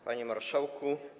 Panie Marszałku!